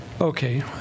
Okay